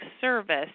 service